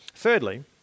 Thirdly